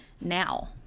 now